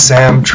Sam